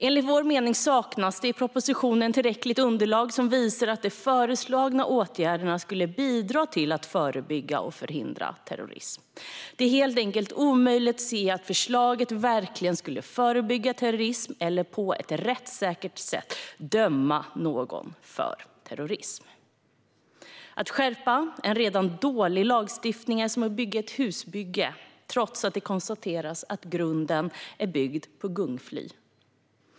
Enligt vår mening saknas det i propositionen tillräckligt underlag som visar att de föreslagna åtgärderna skulle bidra till att förebygga och förhindra terrorism. Det är helt enkelt omöjligt att se att förslaget verkligen skulle förebygga terrorism eller göra att någon på ett rättssäkert sätt skulle dömas för terrorism. Att skärpa en redan dålig lagstiftning är som att bygga ett hus trots att det konstateras att grunden är byggd på ett gungfly.